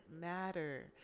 matter